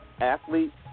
athletes